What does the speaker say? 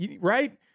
right